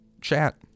Chat